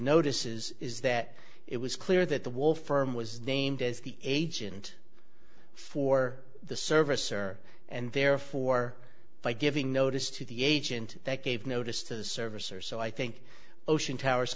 notices is that it was clear that the wool firm was they named as the agent for the service or and therefore by giving notice to the agent that gave notice to the service or so i think ocean towers